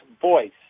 Voice